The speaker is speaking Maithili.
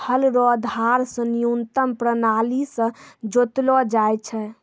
हल रो धार से न्यूतम प्राणाली से जोतलो जाय छै